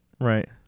Right